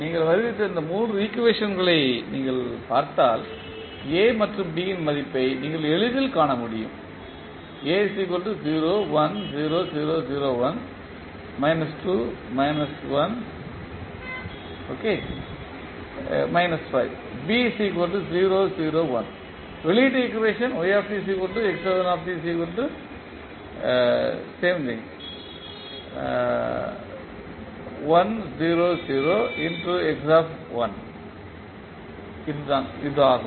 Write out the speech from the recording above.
நீங்கள் வருவித்த இந்த மூன்று ஈக்குவேஷன்களையும் நீங்கள் பார்த்தால் A மற்றும் B இன் மதிப்பை நீங்கள் எளிதில் காணலாம் வெளியீட்டு ஈக்குவேஷன் ஆகும்